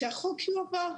שהחוק יועבר?